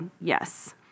yes